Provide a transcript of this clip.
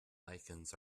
lichens